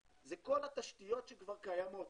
זה כל התשתיות שכבר קיימות.